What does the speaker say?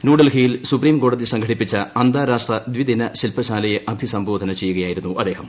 ന്യൂഡൽഹിയിൽ സുപ്രീംകോടതി സ്ക്ഷ്പടിപ്പിച്ച അന്താരാഷ്ട്ര ദ്വിദിന ശില്പശാലയെ അഭിസംഭ്ഷ്ടാധ്ന ചെയ്യുകയായിരുന്നു അദ്ദേഹം